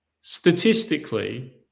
Statistically